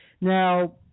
Now